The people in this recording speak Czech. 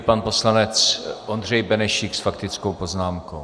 Pan poslanec Ondřej Benešík s faktickou poznámkou.